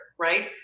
right